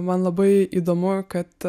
man labai įdomu kad